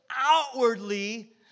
outwardly